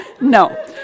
No